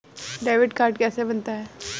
Debit card कैसे बनता है?